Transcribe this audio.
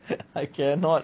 I cannot